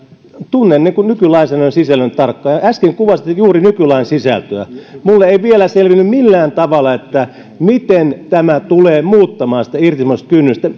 tunnen nykylainsäädännön sisällön tarkkaan ja äsken kuvasitte juuri nykylain sisältöä minulle ei vielä selvinnyt millään tavalla miten tämä tulee muuttamaan irtisanomiskynnystä